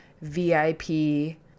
VIP